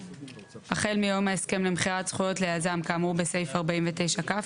(א1)החל מיום ההסכם למכירת זכויות ליזם כאמור בסעיף 49כ,